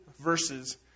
verses